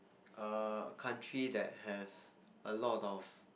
a country that has a lot of